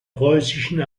preußischen